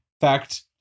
fact